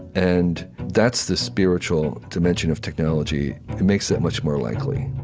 and that's the spiritual dimension of technology. it makes that much more likely